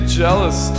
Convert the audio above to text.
jealous